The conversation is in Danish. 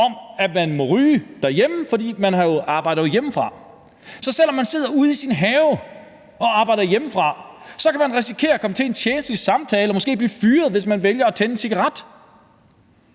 mod, at de må ryge derhjemme, fordi de jo arbejder hjemmefra. Så selv om man sidder ude i sin have og arbejder hjemmefra, kan man risikere at komme til en tjenstlig samtale og måske blive fyret, hvis man vælger at tænde en cigaret.